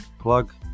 plug